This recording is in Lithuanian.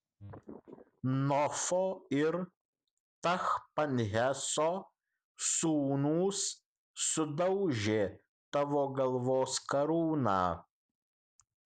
nofo ir tachpanheso sūnūs sudaužė tavo galvos karūną